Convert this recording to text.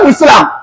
Islam